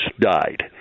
died